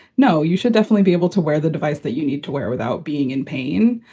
no, you should definitely be able to wear the device that you need to wear without being in pain.